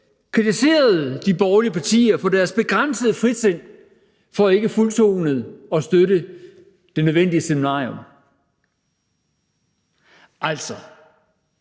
kritiserede de borgerlige partier for deres begrænsede frisind, fordi de ikke fuldtonet støttede Det Nødvendige Seminarium. Altså,